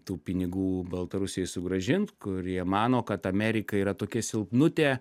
tų pinigų baltarusijai sugrąžint kurie mano kad amerika yra tokia silpnutė